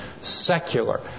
secular